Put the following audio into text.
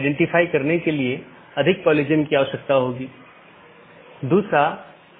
क्योंकि जब यह BGP राउटर से गुजरता है तो यह जानना आवश्यक है कि गंतव्य कहां है जो NLRI प्रारूप में है